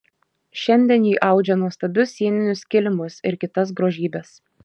šiandien ji audžia nuostabius sieninius kilimus ir kitas grožybes